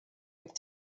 with